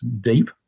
deep